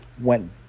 went